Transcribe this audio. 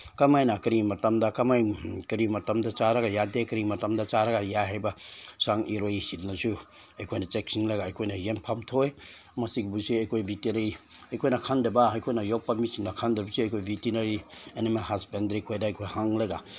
ꯀꯃꯥꯏꯅ ꯀꯔꯤ ꯃꯇꯝꯗ ꯀꯃꯥꯏꯅ ꯀꯔꯤ ꯃꯇꯝꯗ ꯆꯥꯔꯒ ꯌꯥꯗꯦ ꯀꯔꯤ ꯃꯇꯝꯗ ꯆꯥꯔꯒ ꯌꯥꯏ ꯍꯥꯏꯕ ꯁꯟ ꯏꯔꯣꯏꯁꯤꯡꯗꯁꯨ ꯑꯩꯈꯣꯏꯅ ꯆꯦꯛꯁꯤꯟꯂꯒ ꯑꯩꯈꯣꯏꯅ ꯌꯦꯡꯐꯝ ꯊꯣꯛꯏ ꯃꯁꯤꯒꯨꯝꯕꯁꯤ ꯑꯩꯈꯣꯏ ꯚꯤꯇꯤꯅꯔꯤ ꯑꯩꯈꯣꯏꯅ ꯈꯪꯗꯕ ꯑꯩꯈꯣꯏꯅ ꯌꯣꯛꯄ ꯃꯤꯁꯤꯡꯅ ꯈꯪꯗꯕꯁꯤ ꯑꯩꯈꯣꯏꯒꯤ ꯚꯤꯇꯤꯅꯔꯤ ꯑꯦꯅꯤꯃꯦꯜ ꯍꯁꯕꯦꯟꯗꯔꯤ ꯈꯣꯏꯗ ꯑꯩꯈꯣꯏ ꯍꯪꯂꯒ